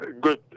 good